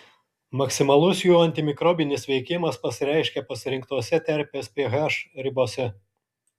maksimalus jų antimikrobinis veikimas pasireiškia pasirinktose terpės ph ribose